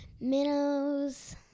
minnows